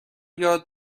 یاد